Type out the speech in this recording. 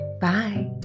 Bye